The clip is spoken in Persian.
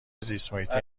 زیستمحیطی